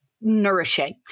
nourishing